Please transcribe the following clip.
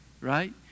Right